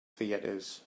theatres